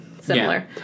similar